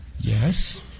Yes